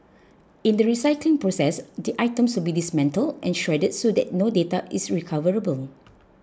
in the recycling process the items will be dismantled and shredded so that no data is recoverable